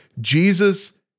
Jesus